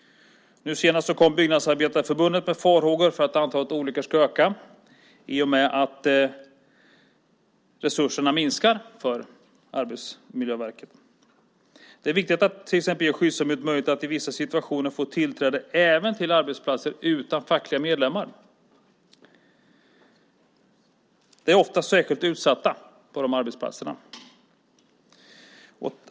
Nu senast framförde Byggnadsarbetareförbundet farhågor för att antalet olyckor ska öka i och med att resurserna för Arbetsmiljöverket minskar. Det är viktigt att till exempel ge skyddsombud möjlighet att i vissa situationer få tillträde även till arbetsplatser utan fackliga medlemmar. Människor på dessa arbetsplatser är ofta särskilt utsatta.